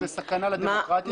זו סכנה לדמוקרטיה.